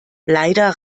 leider